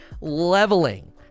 leveling